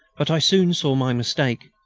but i soon saw my mistake.